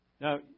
Now